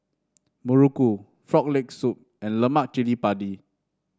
muruku Frog Leg Soup and Lemak Cili Padi